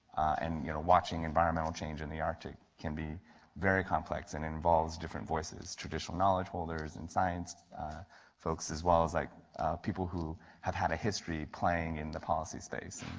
and you know, watching environmental change in the arctic can be very complex and involves different voices traditional knowledge holders and science folks as well as like people who have had a history playing in the policy space.